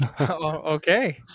okay